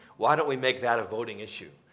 why don't we make that a voting issue?